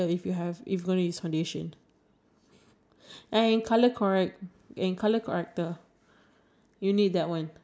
I feel like you need to build up don't use like at one go like two pumps and everything I think it's gonna get really cakey so it's like